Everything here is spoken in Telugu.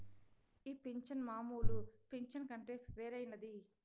ఈ పింఛను మామూలు పింఛను కంటే వేరైనది